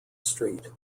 street